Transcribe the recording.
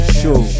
show